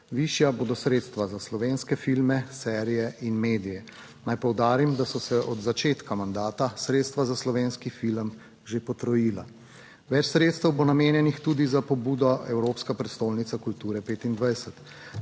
Višja bodo sredstva za slovenske filme, serije in medije. Naj poudarim, da so se od začetka mandata sredstva za Slovenski film že potrojila. Več sredstev bo namenjenih tudi za pobudo Evropska prestolnica kulture 25.